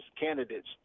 candidates